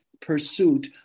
pursuit